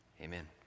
Amen